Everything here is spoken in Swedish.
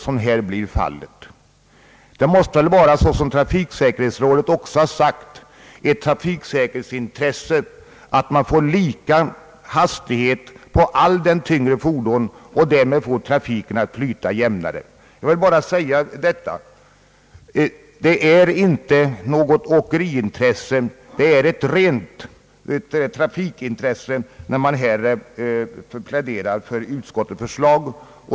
Som trafiksäkerhetsrådet också sagt, måste det vara ett trafiksäkerhetsintresse att man får lika hastighet för alla tyngre fordon, så att man därmed får trafiken att flyta jämnare. Det är inte något åkeriintresse utan ett rent trafiksäkerhetsintresse som kommit till uttryck i utskottets förslag.